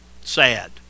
sad